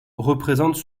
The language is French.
représente